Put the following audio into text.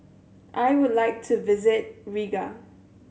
I would like to visit Riga